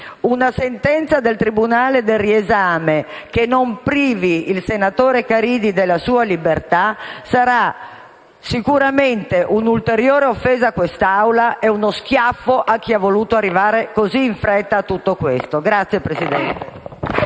una sentenza del Tribunale per il riesame che non privi il senatore Caridi della sua libertà sarà sicuramente un'ulteriore offesa a questa Assemblea e uno schiaffo a chi è voluto arrivare così in fretta a tutto questo. *(Applausi